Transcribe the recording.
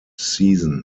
season